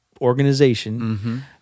organization